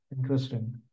interesting